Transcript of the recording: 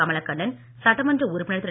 கமலக்கண்ணன் சட்டமன்ற உறுப்பினர் திரு